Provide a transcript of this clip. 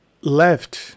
left